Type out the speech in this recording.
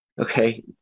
okay